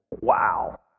wow